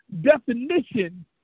definition